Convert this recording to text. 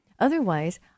Otherwise